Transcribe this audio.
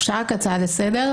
אפשר רק הצעה לסדר?